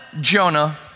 Jonah